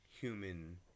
human